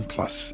Plus